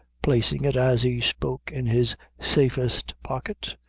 placing it as he spoke in his safest pocket.